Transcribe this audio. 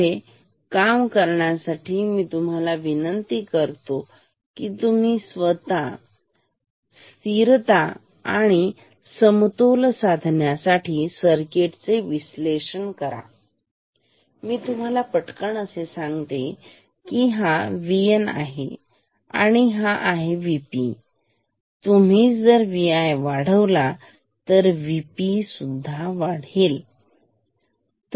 पुढे काम करण्याआधी मी तुम्हाला विंनती करतो की तुम्ही स्वतः स्थिरता आणि समतोल साधण्यासाठी सर्किट चे विश्लेषण करा मी तुम्हाला पटकन असे सांगतो की हा VN आहे आणि हाय VP तुम्ही जर Vi वाढवला तर VN सुद्धा वाढेल ठीक